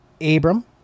abram